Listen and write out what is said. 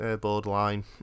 borderline